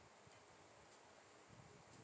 mm